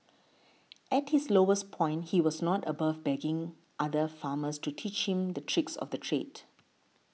at his lowest point he was not above begging other farmers to teach him the tricks of the trade